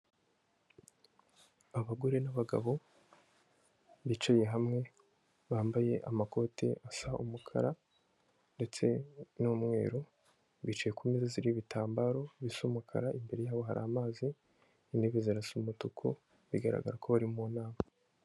Abagore n'abagabo bicaye hamwe, bambaye amakote asa umukara ndetse n'umweru, bicaye ku meza iriho ibitambaro bisa umukara, imbere yabo hari amazi, intebe zirasa umutuku, bigaragara ko bari mu nama.